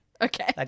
Okay